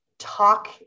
talk